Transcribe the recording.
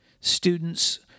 Students